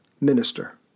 minister